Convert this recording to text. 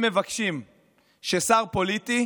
הם מבקשים ששר פוליטי